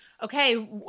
okay